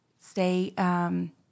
stay –